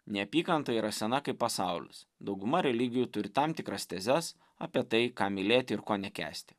neapykanta yra sena kaip pasaulis dauguma religijų turi tam tikras tezes apie tai ką mylėti ir ko nekęsti